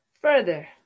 further